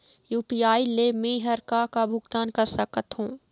UPI ले मे हर का का भुगतान कर सकत हो?